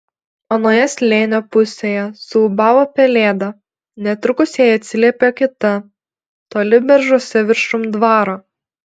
anoje slėnio pusėje suūbavo pelėda netrukus jai atsiliepė kita toli beržuose viršum dvaro